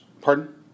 pardon